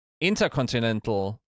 intercontinental